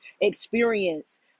experience